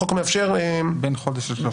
החוק מאפשר --- בין חודש לשלושה חודשים.